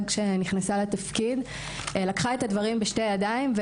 שנכנסה לתפקיד לקחה את הדברים בשתי ידיים.